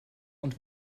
und